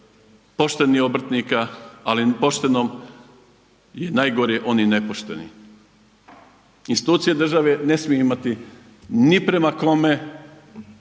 poštenih obrtnika ali poštenom je najgore onaj nepošteni. Institucije države ne smiju imati ni prema kome